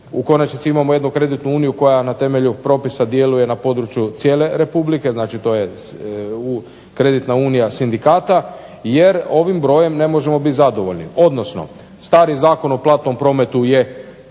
U konačnici imamo jednu kreditnu uniju koja na temelju propisa djeluje na području cijele Republike, to je kreditna unija sindikata jer ovim brojem ne možemo biti zadovoljni. Odnosno, stari Zakon o platnom prometu je